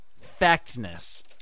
factness